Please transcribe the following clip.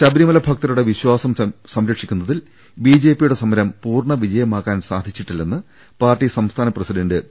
ശബരിമല ഭക്തരുടെ വിശ്വാസം സംരക്ഷിക്കു ന്നതിൽ ബിജെപിയുടെ സമരം പൂർണ വിജയമാക്കാൻ സാധിച്ചിട്ടി ല്ലെന്ന് പാർട്ടി സംസ്ഥാന പ്രസിഡന്റ് പി